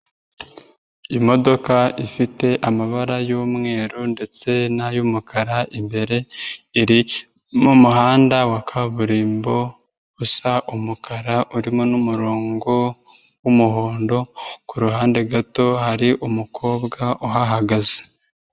Imodoka ifite amabara y'umweru ndetse n'ay'umukara, imbere iri mu muhanda wa kaburimbo usa umukara urimo n'umurongo w'umuhondo, ku ruhande gato hari umukobwa uhahagaze.